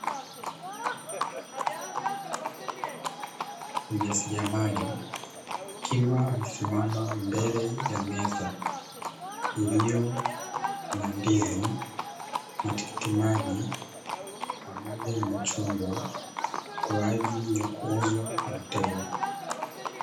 Mjasiriamali akiwa amesimama mbele ya meza iliyo na: ndizi, matikiti maji pamoja na machungwa; kwa ajili ya kuuzwa kwa mteja.